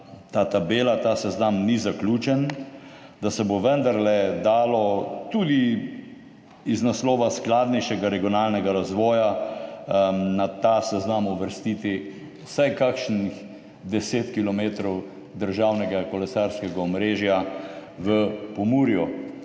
ta tabela, ta seznam ni zaključen, da se bo vendarle dalo tudi iz naslova skladnejšega regionalnega razvoja na ta seznam uvrstiti vsaj kakšnih 10 kilometrov državnega kolesarskega omrežja v Pomurju.